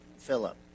philip